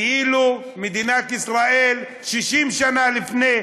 כאילו מדינת ישראל, 60 שנה לפני